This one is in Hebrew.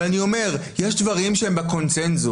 אבל יש דברים שהם בקונצנזוס,